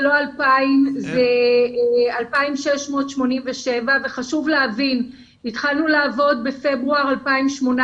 זה לא 2,000 אלא זה 2,687. חשוב להבין שהתחלנו לעבוד בפברואר 2018,